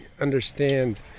understand